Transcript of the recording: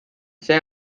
see